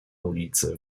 ulicy